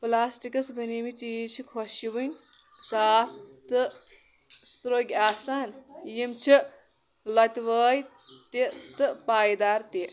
plastics بنیمٕتۍ چیٖز چھِ خۄشوٕنۍ صاف تہٕ سرٛوگۍ آسان یِم چھِ لَتہٕ وٲے تہِ تہٕ پایدار تہِ